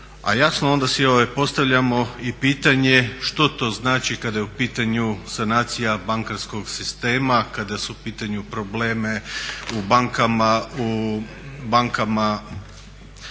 a jasno onda si postavljamo i pitanje što to znači kada je u pitanju sanacija bankarskog sistema, kada su u pitanju problemi u bankama,